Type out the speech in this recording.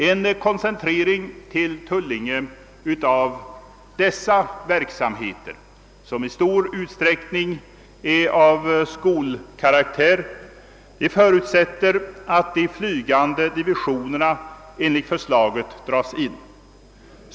En koncentrering till Tullinge av dessa verksamheter, som i stor utsträckning är av skolkaraktär, förutsätter att de flygande divisionerna enligt förslaget dras in.